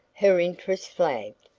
her interest flagged.